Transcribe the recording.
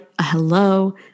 hello